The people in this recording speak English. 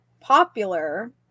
popular